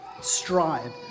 strive